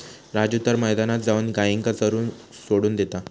राजू तर मैदानात जाऊन गायींका चरूक सोडान देता